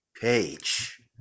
Page